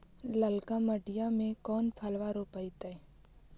ललका मटीया मे कोन फलबा रोपयतय?